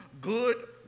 good